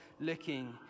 looking